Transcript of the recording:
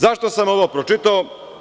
Zašto sam ovo pročitao?